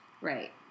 right